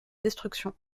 destruction